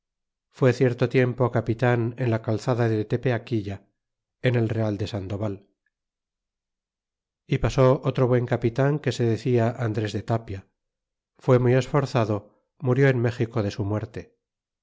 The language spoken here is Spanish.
fue cierto tiempo capitan en la calzada de tepeaquilla en el real de sandoval y pasó otro buen capitan que se decia andres de tapia fue muy esforzado murió en méxico de su muerte